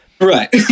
right